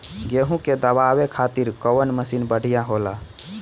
गेहूँ के दवावे खातिर कउन मशीन बढ़िया होला?